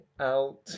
out